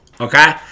okay